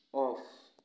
off